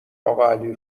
اقاعلی